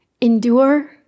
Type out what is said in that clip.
endure